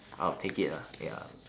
I'll take it ah ya